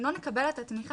אם לא נקבל את התמיכה,